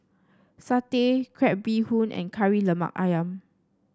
satay Crab Bee Hoon and Kari Lemak ayam